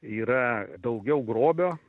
yra daugiau grobio